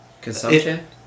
Consumption